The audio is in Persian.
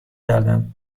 گردم